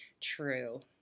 true